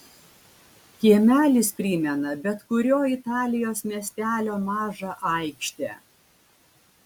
kiemelis primena bet kurio italijos miestelio mažą aikštę